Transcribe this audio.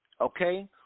Okay